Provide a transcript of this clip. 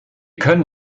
können